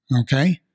okay